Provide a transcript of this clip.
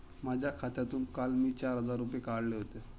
माझ्या खात्यातून काल मी चार हजार रुपये काढले होते